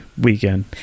weekend